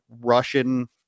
russian